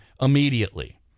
immediately